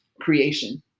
creation